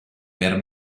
per